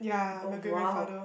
oh !wow!